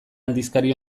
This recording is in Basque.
aldizkari